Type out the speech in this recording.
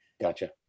gotcha